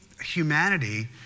humanity